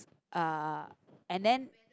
uh and then